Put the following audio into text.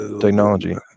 technology